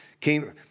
came